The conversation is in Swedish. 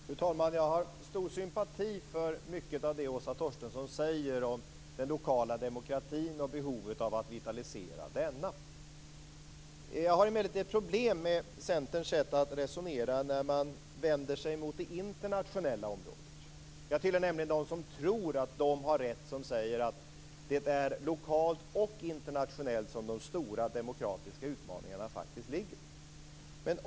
Fru talman! Jag har stor sympati för mycket av det Åsa Torstensson säger om den lokala demokratin och behovet av att vitalisera denna. Jag ser emellertid ett problem med Centerns sätt att resonera när man vänder sig mot det internationella området. Jag tillhör nämligen dem som tror att de har rätt som säger att det är lokalt och internationellt som de stora demokratiska utmaningarna faktiskt ligger.